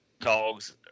dogs